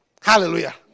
Hallelujah